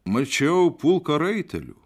mačiau pulką raitelių